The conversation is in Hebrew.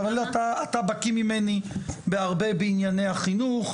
אתה בקיא ממני בהרבה בענייני החינוך,